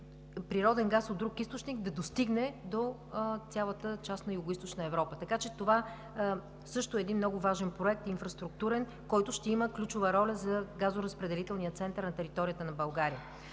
природен газ от друг източник да достигне до цялата част на Югоизточна Европа. Това също е много важен инфраструктурен проект, който ще има ключова роля за газоразпределителния център на територията на България.